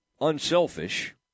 unselfish